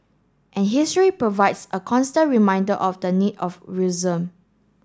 and history provides a constant reminder of the need of